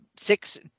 six